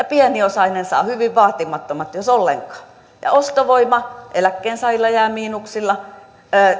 pieniosainen saa hyvin vaatimattomat jos ollenkaan ostovoima eläkkeensaajilla jää miinukselle ostovoima